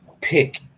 pick